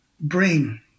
brain